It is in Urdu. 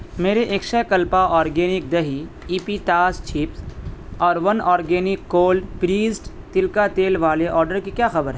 میرے اکشے کلپا آرگینک دہی اپیتاز چپس اور ون آرگینک کولڈ پریسڈ تل کا تیل والے آرڈر کی کیا خبر ہے